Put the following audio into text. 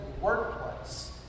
workplace